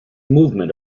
movement